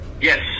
yes